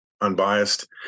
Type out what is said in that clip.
unbiased